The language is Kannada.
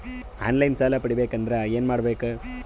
ಆನ್ ಲೈನ್ ಸಾಲ ಪಡಿಬೇಕಂದರ ಏನಮಾಡಬೇಕು?